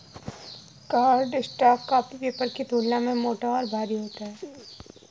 cardstock copy paper की तुलना में मोटा और भारी होता है